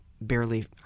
barely